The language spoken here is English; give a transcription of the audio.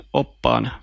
oppaan